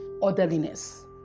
orderliness